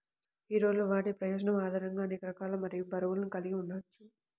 హీరోలు వాటి ప్రయోజనం ఆధారంగా అనేక రకాలు మరియు బరువులు కలిగి ఉండవచ్చు